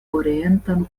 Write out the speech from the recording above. orientan